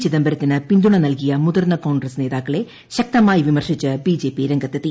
ചിദംബരത്തിന് പിന്തുണ നൽകിയ മുതിർന്ന കോൺഗ്രസ്സ് നേതാക്കളെ ശക്തമായി വിമർശിച്ച് ബിജെപി രംഗത്തെത്തി